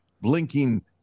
blinking